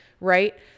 right